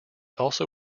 also